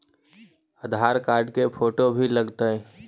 आधार card के photo भी लग तै?